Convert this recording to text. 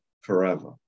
forever